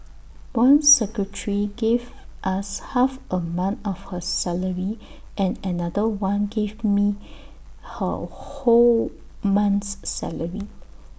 one secretary gave us half A month of her salary and another one gave me her whole month's salary